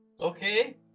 Okay